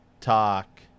talk